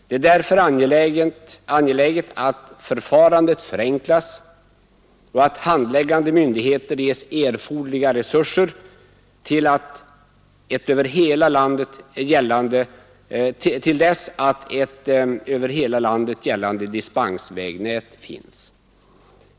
Det är därför angeläget att förfarandet förenklas och att handläggande myndigheter ges erforderliga resurser till dess ett över hela landet gällande dispensvägnät finnes.